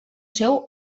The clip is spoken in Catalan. seu